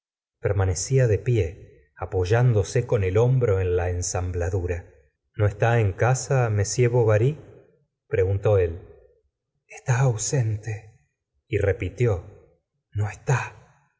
permanecía de pie apoyándose con el hombro en la ensambladura no está en casa m bovary preguntó está ausente y repitió no está